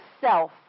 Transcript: self